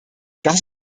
das